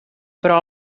però